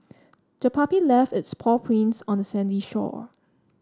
the puppy left its paw prints on the sandy shore